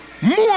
more